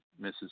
Mrs